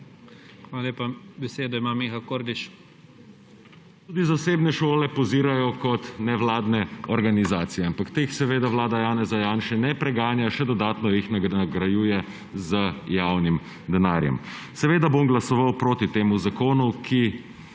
Hvala lepa. Besedo ima Miha Kordiš. MIHA KORDIŠ (PS Levica): Tudi zasebne šole pozirajo kot nevladne organizacije, ampak teh seveda vlada Janeza Janše ne preganja, še dodatno jih nagrajuje z javnim denarjem. Seveda bom glasoval proti temu zakonu, ki